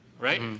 right